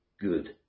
good